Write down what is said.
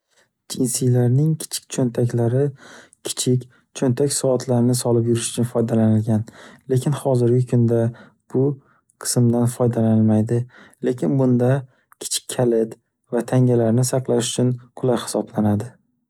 Jensilarning kichik cho’ntaklari kichik cho’ntak soatlarni solib yurish uchun foydalanilgan. Lekin hozirgi kunda bu qismdan foydalanilmaydi. Lekin bunda kichik kalit va tangalarni saqlash uchun qulay hisoplanadi.